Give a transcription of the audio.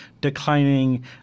declining